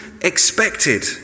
expected